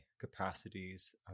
capacities